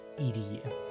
EDU